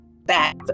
back